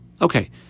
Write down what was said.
Okay